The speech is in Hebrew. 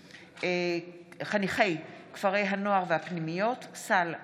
חניכי כפרי הנוער והפנימיות, סל לאור.